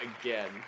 again